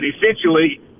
essentially